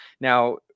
Now